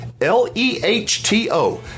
L-E-H-T-O